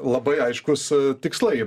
labai aiškūs tikslai